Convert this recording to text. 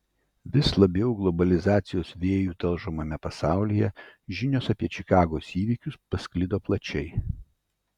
vis labiau globalizacijos vėjų talžomame pasaulyje žinios apie čikagos įvykius pasklido plačiai